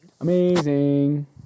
Amazing